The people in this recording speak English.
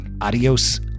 adios